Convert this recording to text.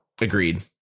Agreed